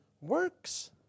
works